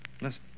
listen